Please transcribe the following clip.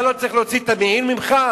אתה לא צריך להוציא את המעיל ממך?